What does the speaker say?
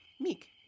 Meek